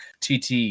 tt